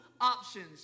options